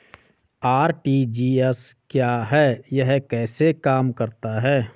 RTGS क्या है यह कैसे काम करता है?